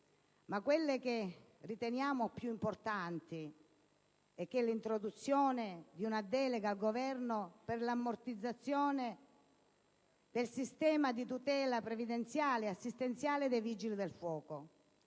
La modifica che riteniamo più importante, comunque, è l'introduzione di una delega al Governo per l'armonizzazione del sistema di tutela previdenziale e assistenziale dei Vigili del fuoco,